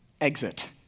exit